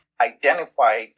identify